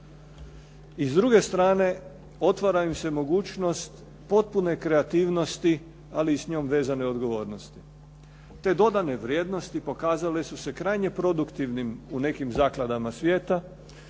I s druge strane otvara im se mogućnost potpune kreativnosti, ali i s njom vezane odgovornosti. Te dodane vrijednosti pokazale su se krajnje produktivnim u nekim zakladama svijeta.